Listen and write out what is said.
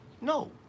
No